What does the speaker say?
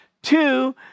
Two